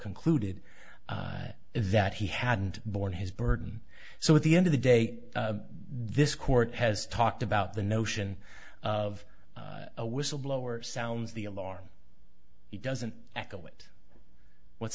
concluded that he hadn't borne his burden so at the end of the day this court has talked about the notion of a whistle blower sounds the alarm he doesn't echo it what's